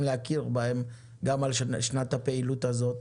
להכיר בהן גם על שנת הפעילות הזאת,